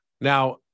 Now